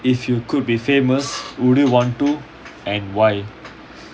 if you could be famous would you want to and why